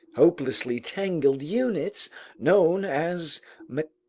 hopelessly tangled units known as